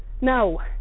No